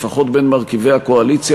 לפחות בין מרכיבי הקואליציה,